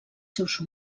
seus